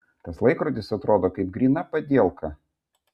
tas laikrodis atrodo kaip gryna padielka